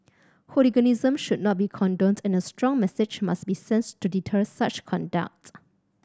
hooliganism should not be and a strong message must be sent to deter such conducts